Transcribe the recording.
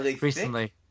recently